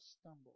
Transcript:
stumble